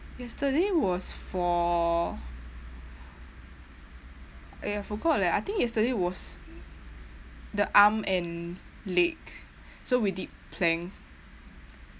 yesterday was for eh I forget leh I think yesterday was the arm and leg so we did plank